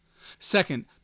Second